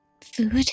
Food